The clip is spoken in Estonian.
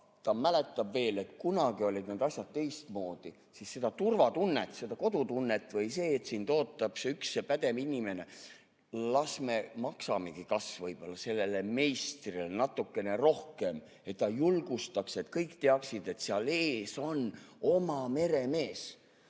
ta mäletab veel, et kunagi olid need asjad teistmoodi, mäletab seda turvatunnet, seda kodutunnet või seda, et sind ootas see üks ja pädev inimene. Las me maksamegi võib-olla sellele meistrile natukene rohkem, et ta julgustaks, et kõik teaksid, et seal ees on oma meremees,